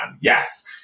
Yes